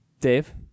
Dave